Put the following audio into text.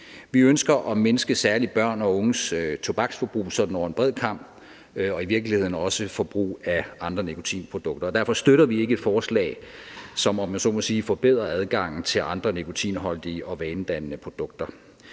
Vi ønsker at mindske særlig børn og unges tobaksforbrug over en bred kam, og det gælder i virkeligheden også forbrug af andre nikotinprodukter, og derfor støtter vi ikke et forslag, som, om jeg så må sige, forbedrer adgangen til andre nikotinholdige og vanedannende produkter.